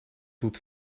doet